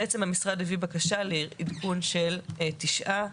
בעצם המשרד הביא בקשה לעדכון של תשעה